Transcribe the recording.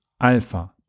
Alpha